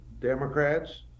Democrats